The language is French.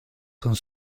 sont